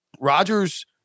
Rodgers